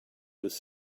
was